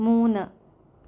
മൂന്ന്